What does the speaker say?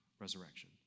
resurrection